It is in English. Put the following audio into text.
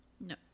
no